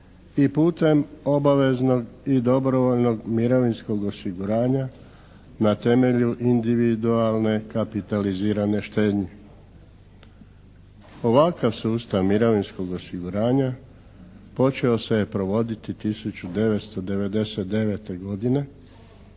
i putem obaveznog i dobrovoljnog mirovinskog osiguranja na temelju individualne kapitalizirane štednje. Ovakav sustav mirovinskog osiguranja počeo se je provoditi 1999. godine.